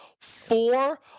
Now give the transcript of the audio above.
Four